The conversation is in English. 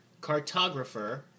Cartographer